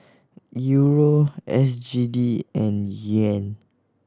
Euro S G D and Yuan